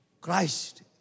Christ